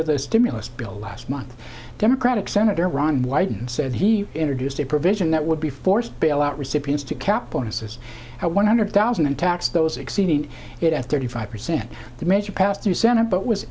of the stimulus bill last month democratic senator ron wyden said he introduced a provision that would be forced bailout recipients to cap bonuses at one hundred thousand and tax those exceeding it at thirty five percent the measure passed through senate but was